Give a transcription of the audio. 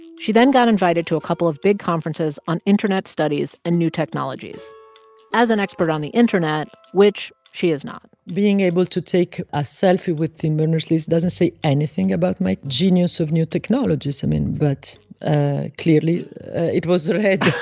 she then got invited to a couple of big conferences on internet studies and new technologies as an expert on the internet, which she is not being able to take a selfie with tim berners lee doesn't say anything about my genius of new technologies. i mean, but clearly it was read.